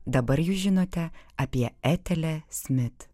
dabar jūs žinote apie etelę smit